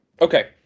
okay